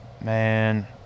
Man